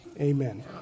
amen